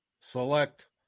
select